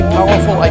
powerful